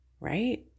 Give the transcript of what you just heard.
Right